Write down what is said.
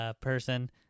person